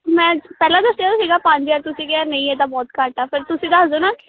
ਮੈਂ ਪਹਿਲਾਂ ਦੱਸਿਆ ਸੀਗਾ ਪੰਜ ਹਜ਼ਾਰ ਤੁਸੀਂ ਕਿਹਾ ਨਹੀਂ ਇਹ ਤਾਂ ਬਹੁਤ ਘੱਟ ਆ ਫਿਰ ਤੁਸੀਂ ਦੱਸ ਦਓ ਨਾ